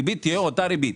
הריבית תהיה אותה ריבית,